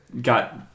got